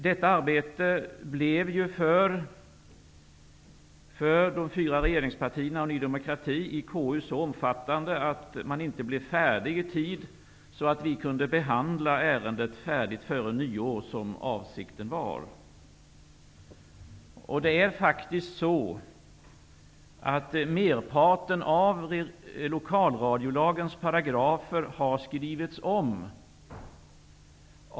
Detta arbete blev för de fyra regeringspartierna och Ny demokrati i konstitutionsutskottet så omfattande att de inte blev färdiga i tid, så att vi kunde behandla ärendet färdigt före nyår som avsikten var. Merparten av lokalradiolagens paragrafer har skrivits om.